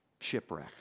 shipwreck